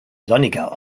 sonniger